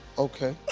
okay.